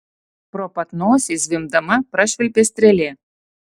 pro pat nosį zvimbdama prašvilpė strėlė